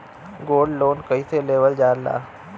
Gold loan कईसे लेवल जा ला?